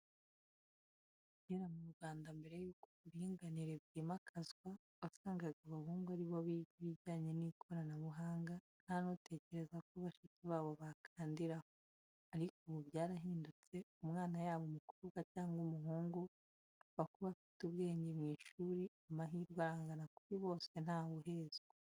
Kera mu Rwanda mbere y'uko uburinganire bwimakazwa, wasangaga abahungu aribo biga ibijyanye n'ikoranabuhanga nta n'utekereza ko bashiki babo bakandiraho, ariko ubu byarahindutse umwana yaba umukobwa cyangwa umuhungu apfa kuba afite ubwenge, mu ishuri amahirwe arangana kuri bose, ntawe uhezwa.